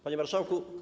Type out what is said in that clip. Panie Marszałku!